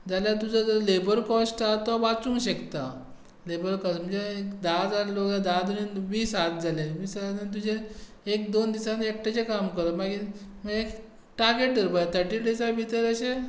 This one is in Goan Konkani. जाल्यार तुजो जो लेबर कॉस्ट आसा तो वाचूंक शकता म्हणजे धा जाण लोक वीस हजार जाले मागीर टार्गेट धरपाक जाय थर्टी डेसा भितर अशे